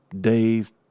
dave